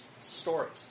stories